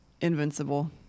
invincible